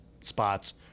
spots